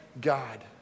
God